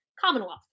Commonwealth